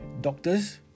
Doctors